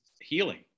healing